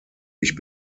ich